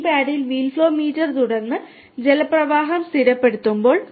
ഈ paddle wheel flow meter തുറന്ന് ജലപ്രവാഹം സ്ഥിരപ്പെടുത്തുമ്പോൾ